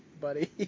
buddy